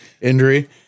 injury